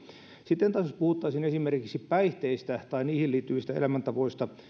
sitten taas jos puhuttaisiin esimerkiksi päihteistä tai niihin liittyvistä elämäntavoista